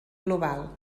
global